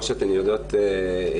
אבל כמו שאתן יודעות היטב,